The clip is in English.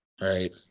Right